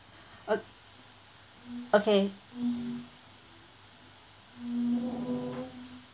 ok~ okay